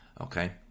okay